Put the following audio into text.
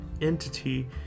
entity